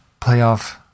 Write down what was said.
playoff